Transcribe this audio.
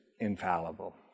infallible